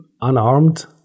unarmed